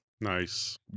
Nice